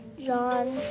John